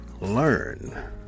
learn